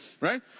right